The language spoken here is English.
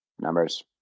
numbers